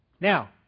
Now